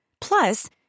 Plus